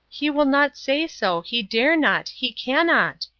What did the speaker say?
he will not say so, he dare not, he cannot.